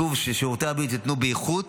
כתוב ששירותי הבריאות יינתנו באיכות,